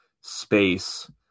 space